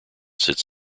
sits